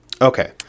Okay